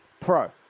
Pro